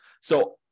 So-